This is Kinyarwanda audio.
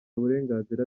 burenganzira